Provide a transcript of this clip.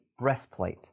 breastplate